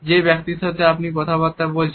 যে ব্যক্তির সাথে আপনি কথাবার্তা বলছেন